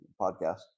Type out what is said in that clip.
podcast